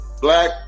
Black